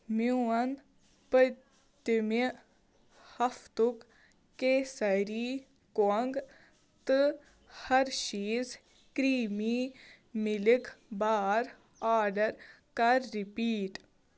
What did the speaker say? میون پٔتۍمہِ ہَفتُک کیسَری کۄنٛگ تہٕ ۂرشیٖز کرٛیٖمی مِلِک بار آرڈر کَر رِپیٖٹ